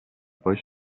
poi